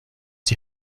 die